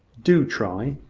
do try.